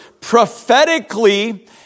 prophetically